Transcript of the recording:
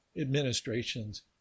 administration's